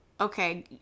Okay